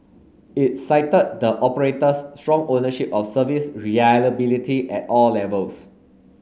it cited the operator's strong ownership of service reliability at all levels